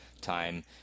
time